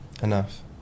Enough